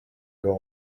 were